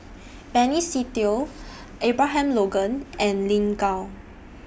Benny Se Teo Abraham Logan and Lin Gao